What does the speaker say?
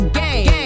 game